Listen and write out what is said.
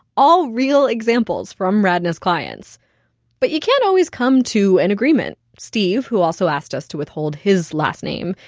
all real examples from radna's clients but you can't always come to an agreement. steve, who also asked us to withhold his last name,